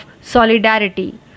solidarity